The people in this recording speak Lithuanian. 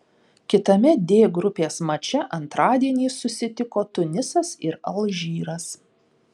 kitame d grupės mače antradienį susitiko tunisas ir alžyras